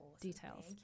details